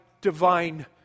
divine